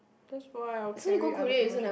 that's why I will carry other people shop